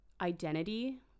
identity